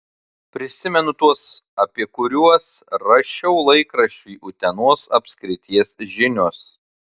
prisimenu tuos apie kuriuos rašiau laikraščiui utenos apskrities žinios